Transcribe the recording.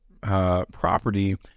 property